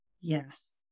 Yes